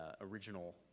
original